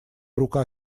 рука